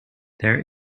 there